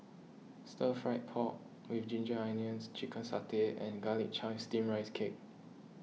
Stir Fried Pork with Ginger Onions Chicken Satay and Garlic Chives Steamed Rice Cake